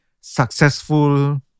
successful